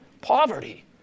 poverty